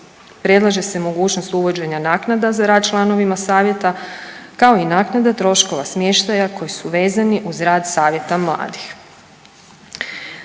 Predlaže se mogućnost uvođenja naknada za rad članovima savjeta, kao i naknada troškova smještaja koji su vezani uz rad savjeta mladih.